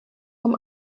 vom